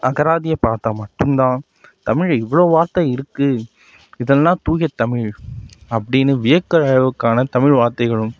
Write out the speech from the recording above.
அகராதியை பார்த்தா மட்டும் தான் தமிழில் இவ்வளோ வார்த்தை இருக்குது இதெல்லாம் தூய தமிழ் அப்படின்னு வியக்கறளவுக்கான தமிழ் வார்த்தைகளும்